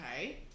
Okay